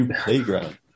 playground